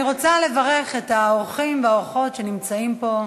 אני רוצה לברך את האורחים והאורחות שנמצאים פה,